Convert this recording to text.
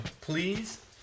please